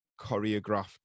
choreographed